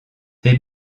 des